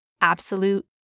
absolute